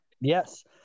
Yes